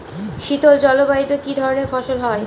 শীতল জলবায়ুতে কি ধরনের ফসল হয়?